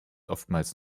oftmals